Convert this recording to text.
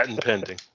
pending